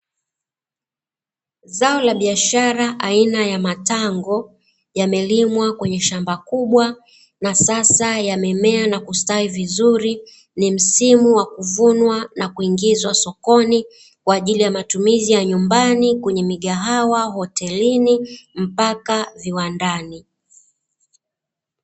Zao la biashara aina ya matango, yamelimwa kwenye shamba kubwa, na sasa yamemea na kustawi vizuri, ni msimu wa kuvunwa na kuingizwa sokoni, kwa ajili ya matumizi ya nyumbani, kwenye migahawa, hotelini mpaka viwandani.